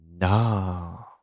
No